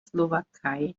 slowakei